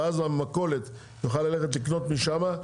ואז המכולת תוכל ללכת לקנות משם.